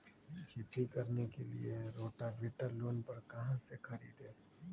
खेती करने के लिए रोटावेटर लोन पर कहाँ से खरीदे?